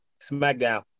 Smackdown